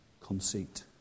conceit